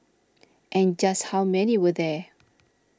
and just how many were there